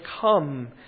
come